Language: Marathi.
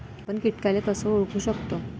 आपन कीटकाले कस ओळखू शकतो?